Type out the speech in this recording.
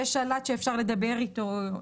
יש שלט שאפשר לדבר איתו.